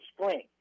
spring